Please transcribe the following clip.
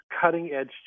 cutting-edge